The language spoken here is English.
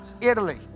Italy